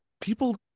people